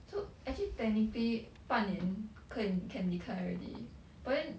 so actually technically 半年 ken can declare already but then